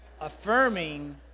affirming